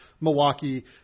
Milwaukee